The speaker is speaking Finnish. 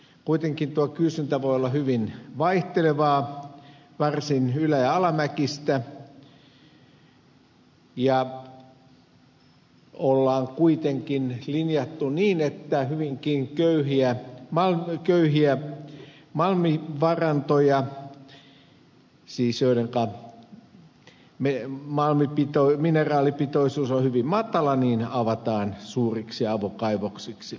kuitenkin tuo kysyntä voi olla hyvin vaihtelevaa varsin ylä ja alamäkistä ja on kuitenkin linjattu niin että hyvinkin köyhiä malmivarantoja joissa siis malmin mineraalipitoisuus on hyvin matala avataan suuriksi avokaivoksiksi